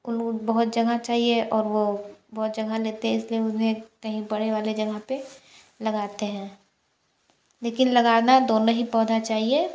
उनको बहुत जगह चाहिए और वो बहुत जगह लेते हैं इसलिए उन्हें कहीं बड़ी वाली जगह पर लगाते हैं लेकिन लगाना दोनों ही पौधा चाहिए